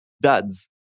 duds